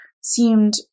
seemed